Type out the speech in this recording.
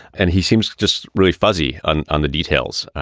and he seems to just really fuzzy on on the details.